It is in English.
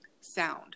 sound